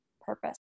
purpose